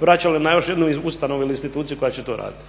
vraćali na još jednu ustanovu ili instituciju koja će to raditi.